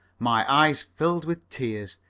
my eyes filled with tears.